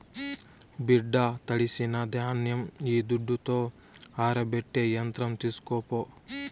బిడ్డా తడిసిన ధాన్యం ఈ దుడ్డుతో ఆరబెట్టే యంత్రం తీస్కోపో